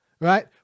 right